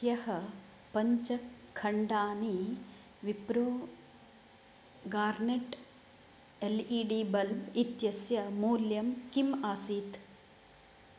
ह्यः पञ्चखण्डानि Wipro garnet L E D bulb इत्यस्य मूल्यं किम् आसीत्